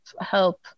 help